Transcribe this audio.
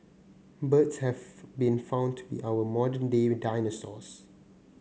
birds have been found to be our modern day dinosaurs